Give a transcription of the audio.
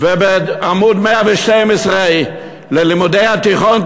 ובעמוד 112 בספר ללימודי התיכון,